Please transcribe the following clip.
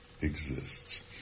exists